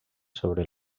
sobre